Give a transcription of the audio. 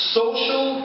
social